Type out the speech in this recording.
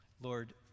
Lord